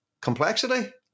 Complexity